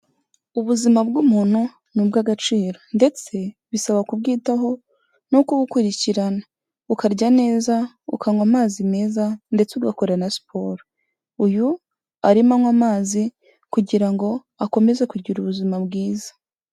Ubuzima bw'umuntu ni ubw'agaciro ndetse bisaba kubwitaho no kubukurikirana, ukarya neza, ukanywa amazi meza ndetse ugakora na siporo, uyu arimo anywa amazi kugira ngo akomeze kugira ubuzima bwiza.